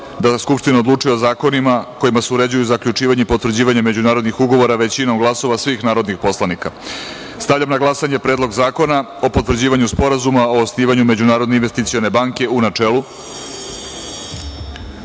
skupština odlučuje o zakonima kojima se uređuju zaključivanje i uređivanje i potvrđivanje međunarodnih ugovora većinom glasova svih narodnih poslanika. Stavljam na glasanje Predlog zakona o potvrđivanju sporazuma o osnivanju Međunarodne investicione banke, u